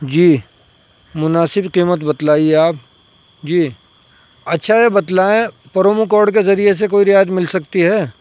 جی مناسب قیمت بتلائیے آپ جی اچھا یہ بتلائیں پرومو کوڈ کے ذریعہ سے کوئی رعایت مل سکتی ہے